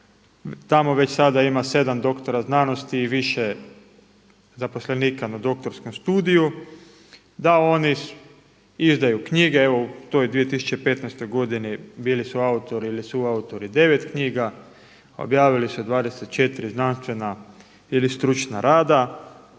tamo već sada ima 7 doktora znanosti i više zaposlenika na doktorskom studiju, da oni izdaju knjige. U toj 2015. godini bili su autori ili su autori devet knjiga, objavili su 24 znanstvena ili stručna rada,